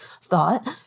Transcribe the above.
thought